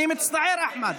אני מצטער, אחמד.